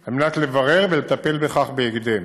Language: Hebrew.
על מנת לברר ולטפל בכך בהקדם.